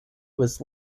was